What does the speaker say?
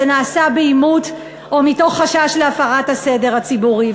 זה נעשה בעימות או מתוך חשש להפרת הסדר הציבורי.